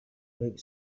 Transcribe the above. baik